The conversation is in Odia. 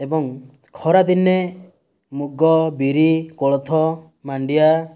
ଏବଂ ଖରା ଦିନେ ମୁଗ ବିରି କୋଳଥ ମାଣ୍ଡିଆ